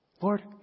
Lord